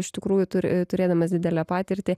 iš tikrųjų turi turėdamas didelę patirtį